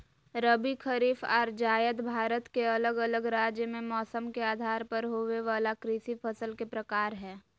रबी, खरीफ आर जायद भारत के अलग अलग राज्य मे मौसम के आधार पर होवे वला कृषि फसल के प्रकार हय